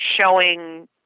showing